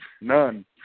None